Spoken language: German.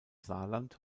saarland